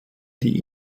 die